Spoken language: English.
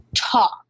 talk